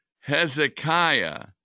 Hezekiah